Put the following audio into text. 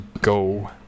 go